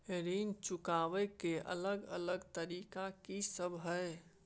ऋण चुकाबय के अलग अलग तरीका की सब हय?